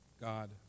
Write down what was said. God